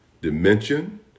dimension